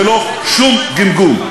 ללא שום גמגום.